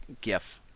gif